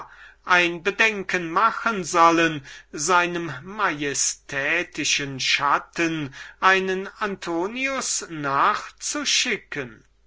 ein bedenken machen sollen seinem majestätischen schatten einen antonius nachzuschicken